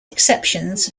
exceptions